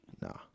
nah